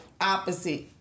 Opposite